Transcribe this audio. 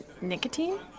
Nicotine